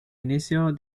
inicio